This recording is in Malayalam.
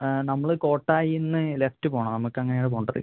നമ്മൾ കോട്ടായീന്ന് ലെഫ്റ്റ് പോവണം നമ്മൾക്ക് അങ്ങനെ ആണ് പോവേണ്ടത്